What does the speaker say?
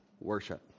worship